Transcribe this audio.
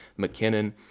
McKinnon